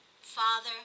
Father